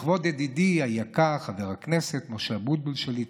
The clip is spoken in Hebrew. לכבוד ידידי היקר חבר הכנסת משה אבוטבול שליט"א.